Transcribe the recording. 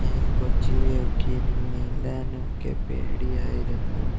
ഞാൻ കൊച്ചിലെ ഒക്കെ എനിക്ക് നീന്താനൊക്കെ പേടിയായിരുന്നു